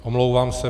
Omlouvám se.